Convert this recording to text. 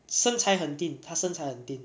身材很 thin 他身材很 thin